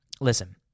Listen